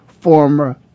former